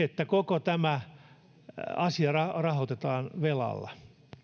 että koko tämä asia rahoitetaan velalla